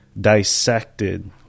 dissected